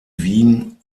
wien